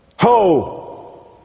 ho